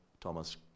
Thomas